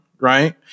Right